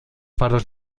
faros